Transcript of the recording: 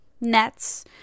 nets